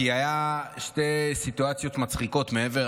כי היו שתי סיטואציות מצחיקות מעבר,